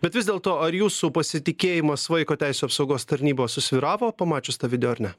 bet vis dėlto ar jūsų pasitikėjimas vaiko teisių apsaugos tarnyba susvyravo pamačius tą video ar ne